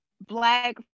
Black